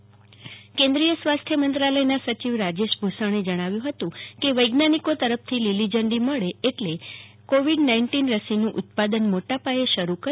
દરમિયાન કેન્દ્રિય સ્વાસ્થ્ય મંત્રાલયના સચિવ રાજેશ ભૂક્ષણે જણાવ્યું હતું કે વૈઊાનિક તરફથી લીલીઝંડી મળે એટલે કોવિડથી રસીનું ઉત્પાદન શરૂ કરી